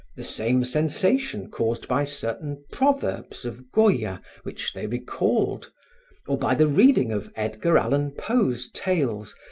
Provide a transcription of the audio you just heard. the same sensation caused by certain proverbs of goya which they recalled, or by the reading of edgar allen poe's tales,